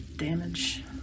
damage